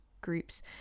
groups